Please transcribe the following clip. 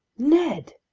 ned!